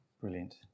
Brilliant